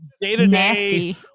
day-to-day